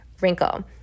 wrinkle